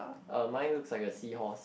uh mine looks like a seahorse